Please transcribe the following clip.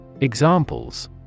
Examples